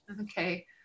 Okay